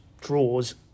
draws